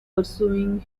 pursuing